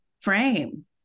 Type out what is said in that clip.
frame